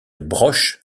broche